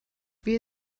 wir